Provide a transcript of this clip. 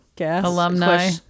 alumni